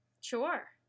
Sure